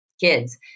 kids